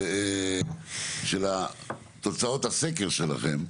של תוצאות הסקר שלכם,